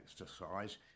exercise